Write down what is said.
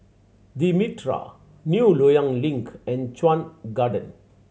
The Mitraa New Loyang Link and Chuan Garden